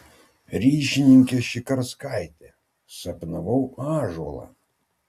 ryšininkė šikarskaitė sapnavau ąžuolą